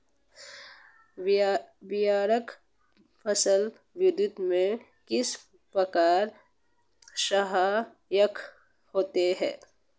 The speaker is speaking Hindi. उर्वरक फसल वृद्धि में किस प्रकार सहायक होते हैं?